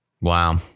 Wow